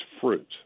fruit